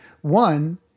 One